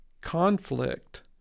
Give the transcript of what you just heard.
conflict